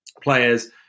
players